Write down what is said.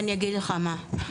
אני אגיד לך מה,